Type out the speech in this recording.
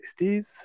60s